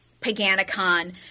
Paganicon